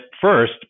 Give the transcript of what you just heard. first